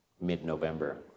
mid-November